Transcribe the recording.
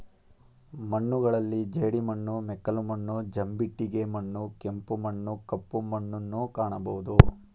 ಮಣ್ಣುಗಳಲ್ಲಿ ಜೇಡಿಮಣ್ಣು, ಮೆಕ್ಕಲು ಮಣ್ಣು, ಜಂಬಿಟ್ಟಿಗೆ ಮಣ್ಣು, ಕೆಂಪು ಮಣ್ಣು, ಕಪ್ಪು ಮಣ್ಣುನ್ನು ಕಾಣಬೋದು